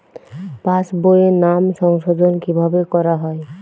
পাশ বইয়ে নাম সংশোধন কিভাবে করা হয়?